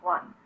One